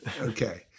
Okay